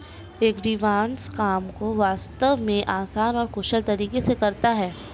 agribots काम को वास्तव में आसान और कुशल तरीके से करता है